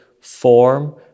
form